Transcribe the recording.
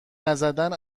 نزدن